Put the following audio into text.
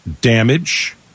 damage